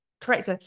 correct